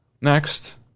Next